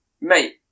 mate